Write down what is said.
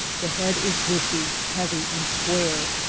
the head is bushy, heavy, and square,